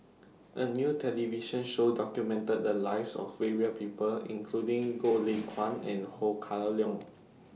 A New television Show documented The Lives of various People including Goh Lay Kuan and Ho Kah Leong